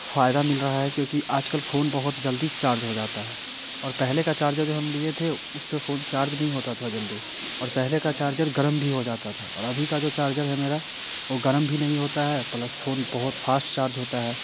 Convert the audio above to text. फ़ायदा मिल रहा है क्योकि आजकल फोन बहुत जल्दी चार्ज हो जाता है और पहले का चार्जर जो हम लिए थे उसपे फोन चार्ज नहीं होता था जल्दी और पहले का चार्जर गर्म भी हो जाता था और अभी का जो चार्जर है मेरा वो गर्म भी नहीं होता है प्लस फोन बहुत फास्ट चार्ज होता है